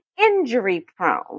injury-prone